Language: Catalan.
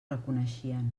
reconeixien